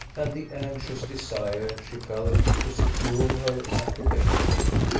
and the anxious desire she felt to secure her approbation.